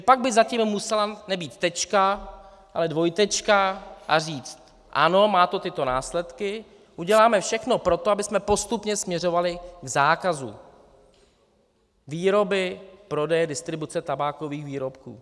Pak by za tím musela nebýt tečka, ale dvojtečka, a říct ano, má to tyto následky, uděláme všechno pro to, abychom postupně směřovali k zákazu výroby, prodeje, distribuce tabákových výrobků.